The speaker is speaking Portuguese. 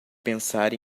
pensar